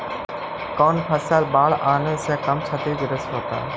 कौन फसल बाढ़ आवे से कम छतिग्रस्त होतइ?